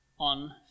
On